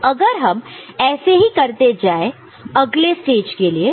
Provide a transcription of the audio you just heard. तो अगर हम ऐसे ही करते जाए अगले स्टेज के लिए